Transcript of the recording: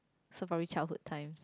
so probably childhood time